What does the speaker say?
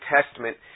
Testament